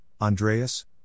Andreas